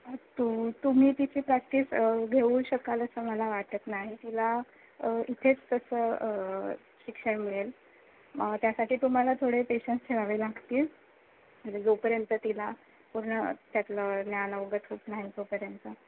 तू तुम्ही तिची प्रॅक्टिस घेऊ शकाल असं मला वाटत नाही तिला इथेच तसं शिक्षण मिळेल त्यासाठी तुम्हाला थोडे पेशन्स ठेवावे लागतील म्हणजे जोपर्यंत तिला पूर्ण त्यातलं ज्ञान अवगत होत नाही तोपर्यंत